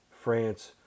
France